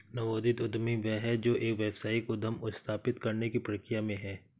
नवोदित उद्यमी वह है जो एक व्यावसायिक उद्यम स्थापित करने की प्रक्रिया में है